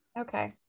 Okay